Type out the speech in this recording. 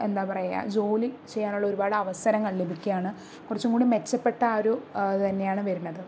എന്താ പറയുക ജോലി ചെയ്യാനുള്ള ഒരുപാട് അവസരങ്ങൾ ലഭിക്കുകയാണ് കുറച്ചും കൂടി മെച്ചപ്പെട്ട ആ ഒരു തന്നെയാണ് വരുന്നത്